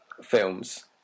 films